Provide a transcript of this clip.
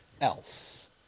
else